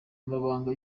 amabanga